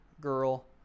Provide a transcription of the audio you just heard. girl